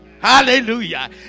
Hallelujah